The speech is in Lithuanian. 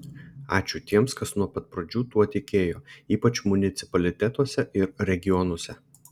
ačiū tiems kas nuo pat pradžių tuo tikėjo ypač municipalitetuose ir regionuose